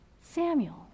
samuel